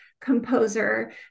composer